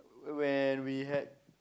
when we had